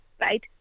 right